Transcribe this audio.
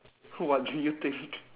what do you think